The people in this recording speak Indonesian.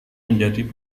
menjadi